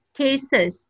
cases